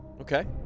Okay